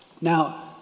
Now